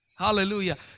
Hallelujah